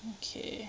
okay